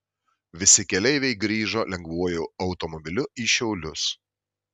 visi keleiviai grįžo lengvuoju automobiliu į šiaulius